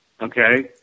okay